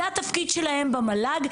זה התפקיד שלהם במל"ג,